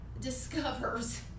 discovers